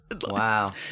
Wow